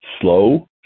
Slow